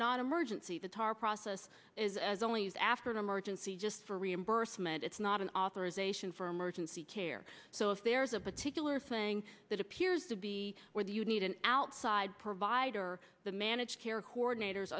non emergency the tar process is as only used after an emergency just for reimbursement it's not an authorization for emergency care so if there's a particular thing that appears to be where do you need an outside provider the managed care coordinators